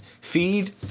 feed